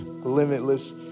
limitless